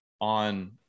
on